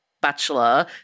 Bachelor